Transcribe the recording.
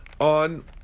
on